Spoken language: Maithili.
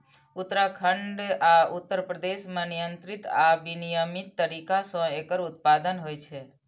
उत्तराखंड आ उत्तर प्रदेश मे नियंत्रित आ विनियमित तरीका सं एकर उत्पादन होइ छै